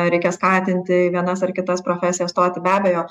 reikia skatint į vienas ar kitas profesijas stoti be abejo